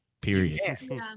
period